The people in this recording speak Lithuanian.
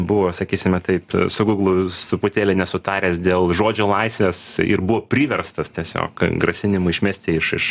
buvo sakysime taip su guglu truputėlį nesutaręs dėl žodžio laisvės ir buvo priverstas tiesiog grasinimu išmesti iš iš